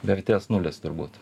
vertes nulis turbūt